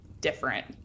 different